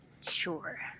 Sure